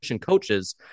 coaches